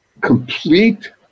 complete